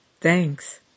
Thanks